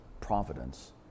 providence